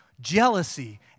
jealousy